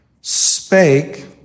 spake